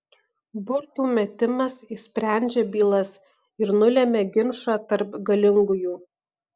burtų metimas išsprendžia bylas ir nulemia ginčą tarp galingųjų